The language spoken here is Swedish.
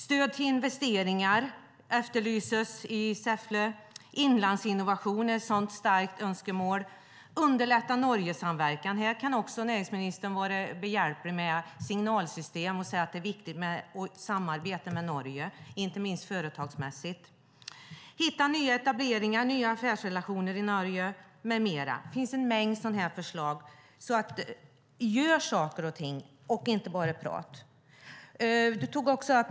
Stöd till investeringar efterlyses i Säffle. Inlandsinnovationer är ett annat starkt önskemål. Att underlätta Norgesamverkan gäller det också. Här kan näringsministern vara behjälplig med signalsystem och säga att det är viktigt med samarbete med Norge, inte minst företagsmässigt. Att hitta nya etableringar och nya affärsrelationer med mera gäller det också. Det finns en mängd sådana förslag. Så gör saker och ting och prata inte bara!